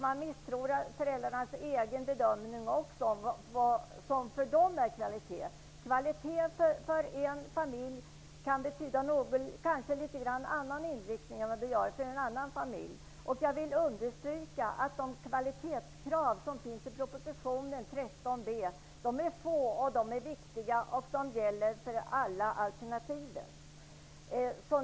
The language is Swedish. Man misstror föräldrarnas förmåga att göra en egen bedömning av vad som för dem är kvalitet. Kvalitet kan betyda en sak för en familj och något annat för en annan familj. Jag vill understryka att de kvalitetskrav som finns i propositionen när det gäller 13 b § är få och viktiga, och de gäller för alla alternativ.